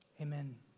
Amen